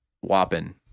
whopping